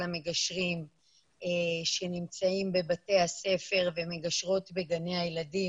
המגשרים שנמצאים בבתי הספר ומגשרות בגני הילדים.